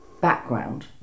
background